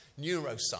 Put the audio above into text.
neuroscience